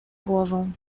głową